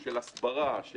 הסברה,